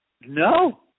no